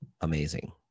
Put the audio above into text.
amazing